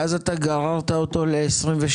ואז אתה גררת אותו ל-2022?